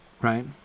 right